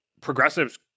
Progressives